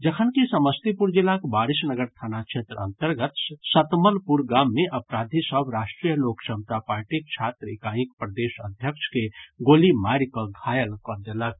जखनकि समस्तीपुर जिलाक वारिसनगर थाना क्षेत्र अंतर्गत सतमलपुर गाम मे अपराधी सभ राष्ट्रीय लोक समता पार्टीक छात्र इकाईक प्रदेश अध्यक्ष के गोली मारि कऽ घायल कऽ देलक